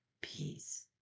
peace